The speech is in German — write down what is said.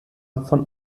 von